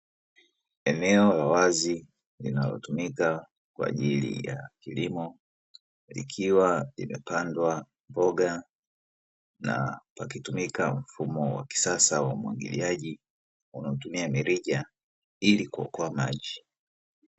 Eneo la wazi linalotumika kwa ajili ya vilimo, likiwa imepandwa mboga na likitumika kwa mfumo wa kisasa wa umwagiliaji kwa kutumia mirija ili kuokoa maji.